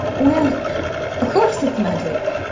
well of course it's magic,